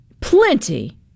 plenty